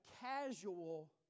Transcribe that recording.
casual